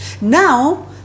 now